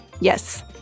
Yes